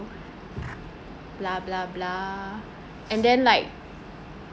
bla bla bla and then like